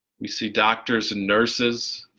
we see doctors and nurses,